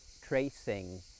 tracing